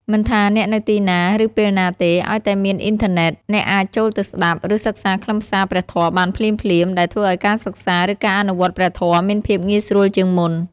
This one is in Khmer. មិនថាអ្នកនៅទីណា ឬពេលណាទេ ឱ្យតែមានអ៊ីនធឺណិត អ្នកអាចចូលទៅស្តាប់ ឬសិក្សាខ្លឹមសារព្រះធម៌បានភ្លាមៗ ដែលធ្វើឱ្យការសិក្សា និងការអនុវត្តព្រះធម៌មានភាពងាយស្រួលជាងមុន។